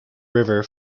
river